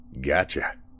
Gotcha